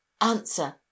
answer